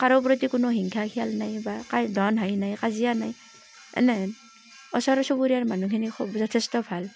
কাৰো প্ৰতি কোনো হিংসা খিয়াল নাই বা কা দন হাই নাই কাজিয়া নাই এনেহেন ওচৰ চুবুৰীয়াৰ মানুহখিনি খুব যথেষ্ট ভাল